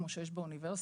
כמו שיש באוניברסיטה,